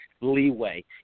leeway